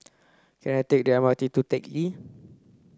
can I take the M R T to Teck Lee